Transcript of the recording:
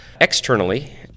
Externally